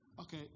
Okay